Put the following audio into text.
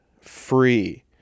free